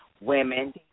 women